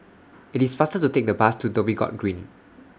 IT IS faster to Take The Bus to Dhoby Ghaut Green